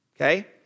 okay